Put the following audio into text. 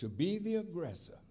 to be the aggressor